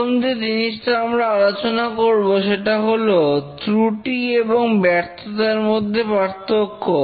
প্রথম যে জিনিসটা আমরা আলোচনা করব সেটা হল ত্রুটি এবং ব্যর্থতার মধ্যে পার্থক্য